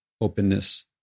openness